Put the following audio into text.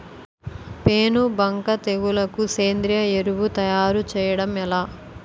పేను బంక తెగులుకు సేంద్రీయ ఎరువు తయారు చేయడం ఎలా?